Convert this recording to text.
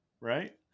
right